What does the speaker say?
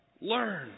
Learn